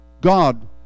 God